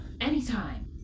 Anytime